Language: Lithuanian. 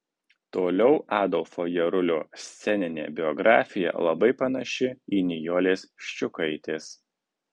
toliau adolfo jarulio sceninė biografija labai panaši į nijolės ščiukaitės